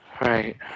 Right